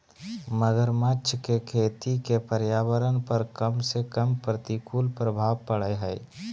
मगरमच्छ के खेती के पर्यावरण पर कम से कम प्रतिकूल प्रभाव पड़य हइ